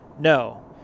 no